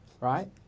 right